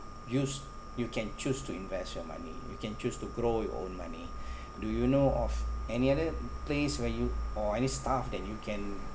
use you can choose to invest your money you can choose to grow your own money do you know of any other place where you or any stuff that you can